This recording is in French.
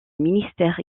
ministère